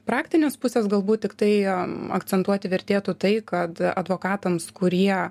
praktinės pusės galbūt tiktai akcentuoti vertėtų tai kad advokatams kurie